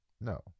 No